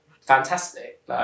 Fantastic